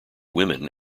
women